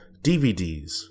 DVDs